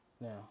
now